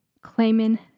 Claiming